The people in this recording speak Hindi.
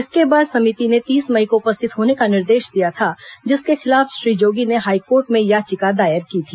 इसके बाद समिति ने तीस मई को उपस्थित होने का निर्देश दिया था जिसके खिलाफ श्री जोगी ने हाईकोर्ट में याचिका दायर की थी